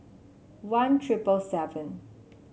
one triple seven